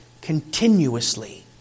continuously